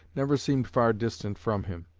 never seemed far distant from him.